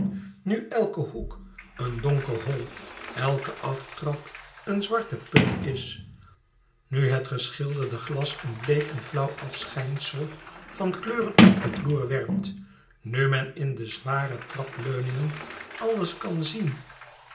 nu elke hoek een donker hol elke aftrap een zwarte put is nu het geschilderde glas een bleek en flauw afschijnsel van kleuren op de vloeren werpt nu men in de zware trapleuningen alles kan zien